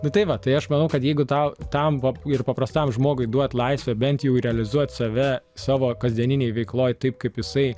nu tai va tai aš manau kad jeigu tau tam va ir paprastam žmogui duot laisvę bent jau realizuoti save savo kasdieninėj veikloj taip kaip jisai